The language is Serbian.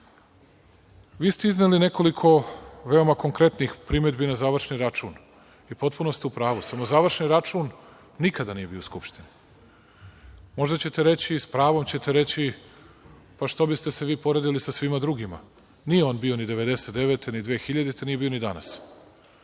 ste izneli nekoliko veoma konkretnih primedbi na završni račun i potpuno ste u pravu. Samo, završni račun nikada nije bio u Skupštini. Možda ćete reći i s pravom ćete reći – što biste se vi poredili sa svima drugima? Nije on bio ni 1999. ni 2000. godine, nije bio ni danas.